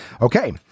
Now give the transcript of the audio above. Okay